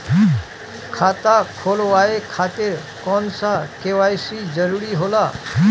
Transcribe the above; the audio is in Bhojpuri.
खाता खोलवाये खातिर कौन सा के.वाइ.सी जरूरी होला?